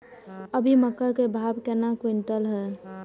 अभी मक्का के भाव केना क्विंटल हय?